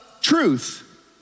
truth